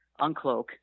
uncloak